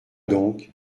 donc